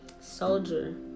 soldier